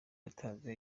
yatanze